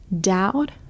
doubt